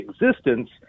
existence